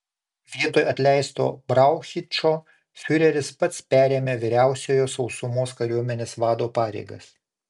vietoj atleisto brauchičo fiureris pats perėmė vyriausiojo sausumos kariuomenės vado pareigas